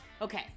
Okay